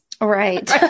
Right